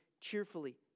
cheerfully